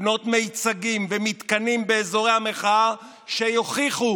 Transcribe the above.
לבנות מיצגים ומתקנים באזורי המחאה, שיוכיחו